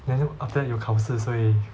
then 就 after that 有考试所以